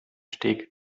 steg